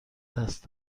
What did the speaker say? دست